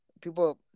people